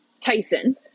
Tyson